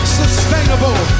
sustainable